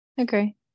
Okay